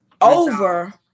over